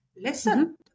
Listen